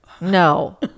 no